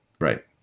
Right